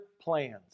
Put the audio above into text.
plans